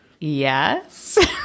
Yes